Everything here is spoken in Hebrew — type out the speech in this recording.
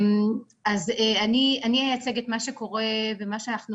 אז אני אייצג את מה שקורה ומה שאנחנו